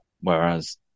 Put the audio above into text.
Whereas